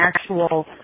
actual